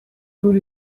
good